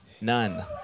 None